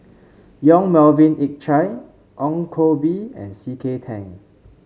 Yong Melvin Yik Chye Ong Koh Bee and C K Tang